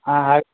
ಹಾಂ ಹಾಗೆ